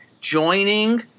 joining